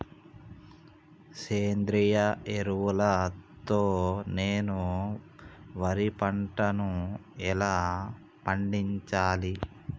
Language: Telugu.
సేంద్రీయ ఎరువుల తో నేను వరి పంటను ఎలా పండించాలి?